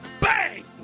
Bang